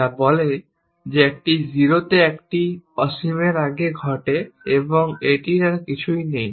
যা বলে যে একটি 0 একটি অসীমের আগে ঘটে এবং এটির আর কিছুই নেই